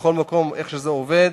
בכל מקום איך זה עובד.